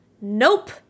Nope